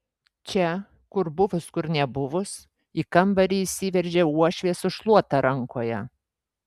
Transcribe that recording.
čia kur buvus kur nebuvus į kambarį įsiveržia uošvė su šluota rankoje